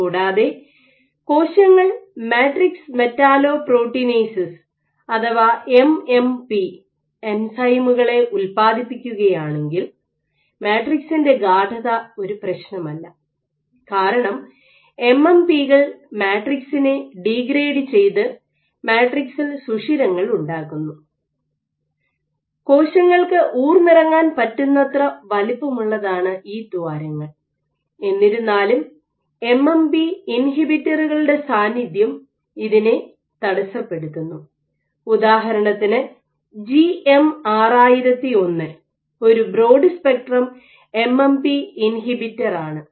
കൂടാതെ കോശങ്ങൾ matrix metalloproteinases അഥവാ എം എം പി എൻസൈമുകളെ ഉല്പാദിപ്പിക്കുകയാണെങ്കിൽ മാട്രിക്സിന്റെ ഗാഢത ഒരു പ്രശ്നമല്ല കാരണം എം എം പി കൾ മാട്രിക്സിനെ ഡീഗ്രേഡ് ചെയ്തു മാട്രിക്സിൽ സുഷിരങ്ങൾ ഉണ്ടാക്കുന്നു കോശങ്ങൾക്ക് ഊർന്നിറങ്ങാൻ പറ്റുന്നത്ര വലിപ്പമുള്ളതാണ് ഈ ദ്വാരങ്ങൾ എന്നിരുന്നാലും എം എം പി ഇൻഹിബിറ്ററുകളുടെ സാന്നിദ്ധ്യം ഇതിനെ തടസ്സപ്പെടുത്തുന്നു ഉദാഹരണത്തിന് ജിഎം 6001 ഒരു broad spectrum M M P inhibitor ആണ്